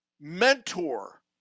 mentor